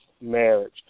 marriage